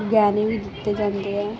ਗਹਿਣੇ ਵੀ ਦਿੱਤੇ ਜਾਂਦੇ ਆ